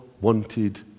wanted